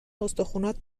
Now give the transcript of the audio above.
استخونات